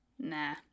Nah